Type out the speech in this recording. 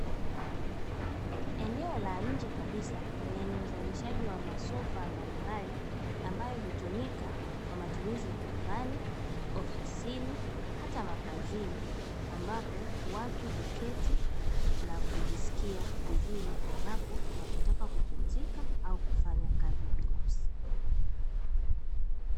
Eneo la nje kabisa lenye uzalishaji wa masofa mbalimbali ambayo hutumika kwa matumizi ya nyumbani, ofisini hata makazini; ambapo watu huketi na kujisikia vizuri endapo wanataka kupumzika au kufanya kazi binafsi.